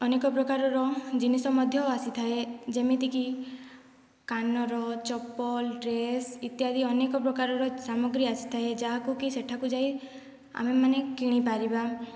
ଅନେକ ପ୍ରକାରର ଜିନିଷ ମଧ୍ୟ ଆସିଥାଏ ଯେମିତି କି କାନର ଚପଲ ଡ୍ରେସ ଇତ୍ୟାଦି ଅନେକ ପ୍ରକାରର ସାମଗ୍ରୀ ଆସିଥାଏ ଯାହାକୁ କି ସେଠାକୁ ଯାଇ ଆମେମାନେ କିଣି ପାରିବା